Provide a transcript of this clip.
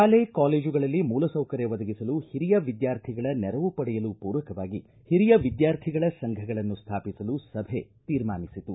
ಶಾಲೆ ಕಾಲೇಜುಗಳಲ್ಲಿ ಮೂಲ ಸೌಕರ್ಯ ಒದಗಿಸಲು ಒರಿಯ ವಿದ್ಯಾರ್ಥಿಗಳ ನೆರವು ಪಡೆಯಲು ಪೂರಕವಾಗಿ ಒರಿಯ ವಿದ್ಯಾರ್ಥಿಗಳ ಸಂಘಗಳನ್ನು ಸ್ವಾಪಿಸಲು ಸಭೆ ತೀರ್ಮಾನಿಸಿತು